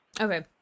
Okay